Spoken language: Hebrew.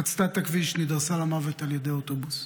שחצתה את הכביש נדרסה למוות על ידי אוטובוס.